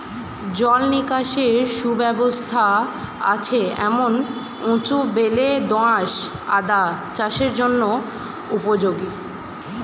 জল নিকাশের সুব্যবস্থা আছে এমন উঁচু বেলে দোআঁশ আদা চাষের জন্য উপযোগী